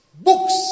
Books